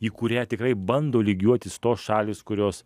į kurią tikrai bando lygiuotis tos šalys kurios